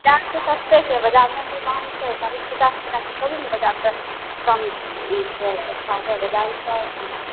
ग्राहको तकते छै बजारमे जे माँग छै चालीस पचास टका से थोड़े ने बजारसँ कम छै ई छै सस्ता है बजारमे तऽ